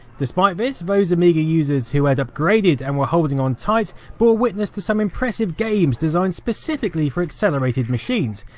despite this, those amiga users who had upgraded and were holding on tight bore witness to some impressive games designed specifically for accelerated machines,